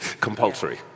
compulsory